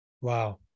Wow